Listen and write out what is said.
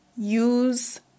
Use